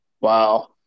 Wow